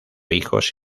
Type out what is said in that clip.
hijos